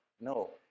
No